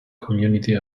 community